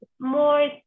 more